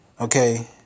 Okay